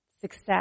success